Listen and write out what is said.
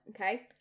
okay